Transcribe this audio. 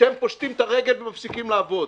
שהם פושטים את הרגל ומפסיקים לעבוד,